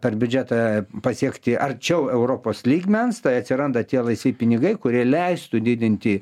per biudžetą pasiekti arčiau europos lygmens tai atsiranda tie laisvi pinigai kurie leistų didinti